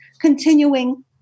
continuing